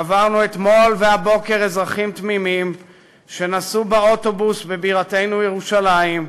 קברנו אתמול והבוקר אזרחים תמימים שנסעו באוטובוס בבירתנו ירושלים,